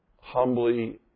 humbly